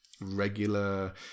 regular